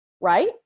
Right